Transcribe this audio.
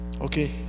Okay